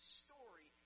story